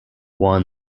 won